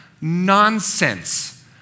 nonsense